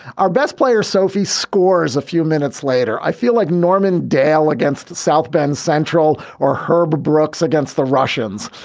our best player, sophies scores a few minutes later. i feel like norman dale against south bend central or herb brooks against the russians.